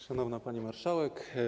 Szanowna Pani Marszałek!